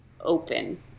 open